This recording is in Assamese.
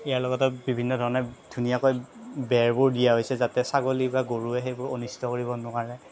ইয়াৰ লগতে বিভিন্ন ধৰণে ধুনীয়াকৈ বেৰবোৰ দিয়া হৈছে যাতে ছাগলী বা গৰুৱে সেইবোৰ অনিষ্ট কৰিব নোৱাৰে